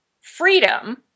freedom